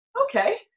okay